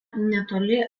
netoli